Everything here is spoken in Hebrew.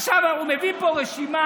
עכשיו הוא מביא לפה רשימה.